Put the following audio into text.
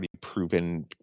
proven